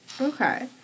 Okay